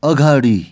अगाडि